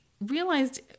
realized